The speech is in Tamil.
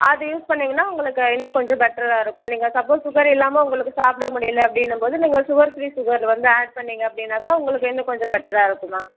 அது யூஸ் பண்ணீங்கன்னா உங்களுக்கு இன்னும் கொஞ்சம் பெட்டராக இருக்கும் நீங்கள் சப்போஸ் சுகர் இல்லாமல் உங்களுக்கு சாப்பிட முடியல அப்படின்னும் போது நீங்கள் ஒரு சுகர் ஃப்ரீ சுகர் வந்து ஆட் பண்ணீங்க அப்படினாக்கா உங்களுக்கு இன்னும் கொஞ்சம் பெட்டராக இருக்கும் மேம்